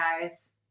guys